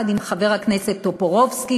יחד עם חבר הכנסת טופורובסקי,